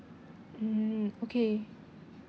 mm okay